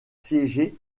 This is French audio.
siéger